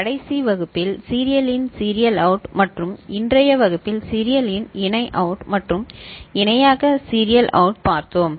கடைசி வகுப்பில் serial in serial out மற்றும் இன்றைய வகுப்பு சீரியல் இன் இணை அவுட் மற்றும் இணையாக சீரியல் அவுட் பார்த்தோம்